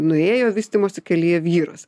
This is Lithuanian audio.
nuėjo vystymosi kelyje vyras